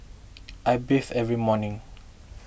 I bathe every morning